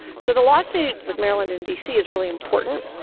so the lawsuit with maryland and dc is really important,